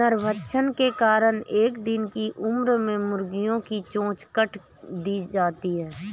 नरभक्षण के कारण एक दिन की उम्र में मुर्गियां की चोंच काट दी जाती हैं